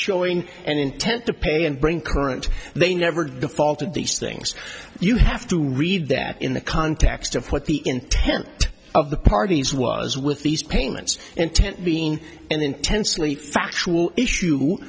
showing an intent to pay and bring current they never defaulted these things you have to read there in the context of what the intent of the parties was with these payments intent being an intensely factual issue